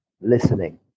listening